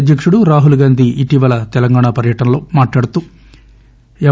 అధ్యకుడు రాహుల్గాంధీ ఇటీవల తెలంగాణలో పర్యటనలో మాట్లాడుతూ ఎం